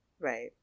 Right